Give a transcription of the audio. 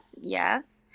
yes